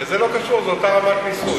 וזה לא קשור, זה אותה רמת מיסוי.